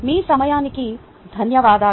మీ సమయానికి ధన్యవాదాలు